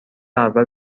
اول